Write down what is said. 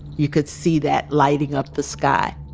you could see that lighting up the sky